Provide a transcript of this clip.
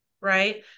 right